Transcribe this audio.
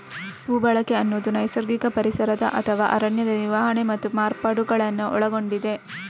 ಭೂ ಬಳಕೆ ಅನ್ನುದು ನೈಸರ್ಗಿಕ ಪರಿಸರ ಅಥವಾ ಅರಣ್ಯದ ನಿರ್ವಹಣೆ ಮತ್ತು ಮಾರ್ಪಾಡುಗಳನ್ನ ಒಳಗೊಂಡಿದೆ